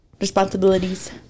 responsibilities